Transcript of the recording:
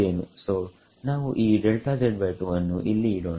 ಸೋನಾವು ಈ ಅನ್ನು ಇಲ್ಲಿ ಇಡೋಣ